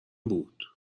بود